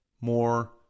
more